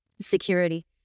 security